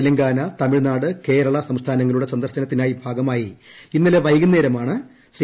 തെലങ്കാന തമിഴ്നാട് കേരള സംസ്ഥാനങ്ങളുടെ സന്ദർശനത്തിന്റെ ഭാഗമായി ഇന്നലെ വൈകുന്നേരമാണ് ശ്രീ